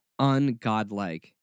ungodlike